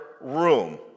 room